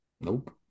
Nope